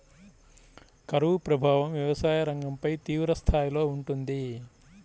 కరువు ప్రభావం వ్యవసాయ రంగంపై తీవ్రస్థాయిలో ఉంటుంది